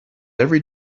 every